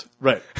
Right